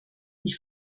ich